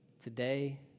today